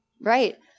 right